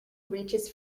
reaches